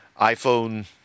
iPhone